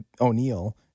O'Neill